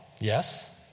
yes